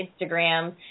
Instagram